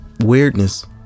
weirdness